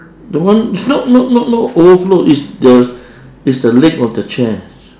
the one it's not not not not overflow it's the it's the leg of the chair